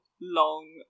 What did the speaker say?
long